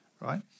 right